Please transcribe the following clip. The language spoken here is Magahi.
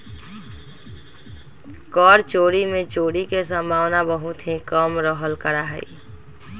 कर चोरी में चोरी के सम्भावना बहुत ही कम रहल करा हई